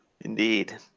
Indeed